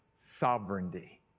sovereignty